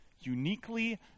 uniquely